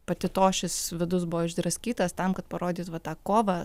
pati to šis vidus buvo išdraskytas tam kad parodyt va tą kovą